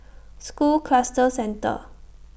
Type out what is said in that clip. School Cluster Centre